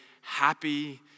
happy